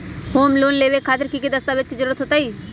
Home loan लेबे खातिर की की दस्तावेज के जरूरत होतई?